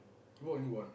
bought only one